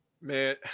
Man